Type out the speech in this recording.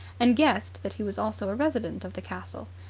and guessed that he was also a resident of the castle.